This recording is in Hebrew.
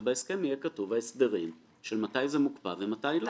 בהסכם יהיה כתוב ההסדרים של מתי זה מוקפא ומתי לא.